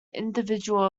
individual